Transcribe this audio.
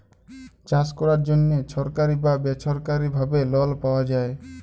চাষ ক্যরার জ্যনহে ছরকারি বা বেছরকারি ভাবে লল পাউয়া যায়